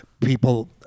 people